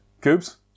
Coops